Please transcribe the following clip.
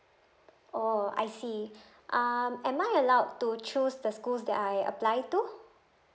oh I see um am I allowed to choose the schools that I apply to